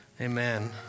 amen